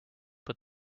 put